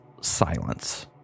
silence